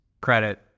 credit